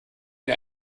wie